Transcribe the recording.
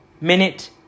minute